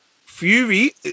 Fury